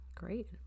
Great